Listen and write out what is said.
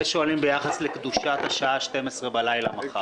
שואלים ביחס לקדושת השעה 24:00 בלילה מחר.